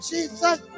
Jesus